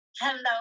Hello